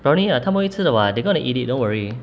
brownie ah 他们会吃的 [what] they're going to eat it don't worry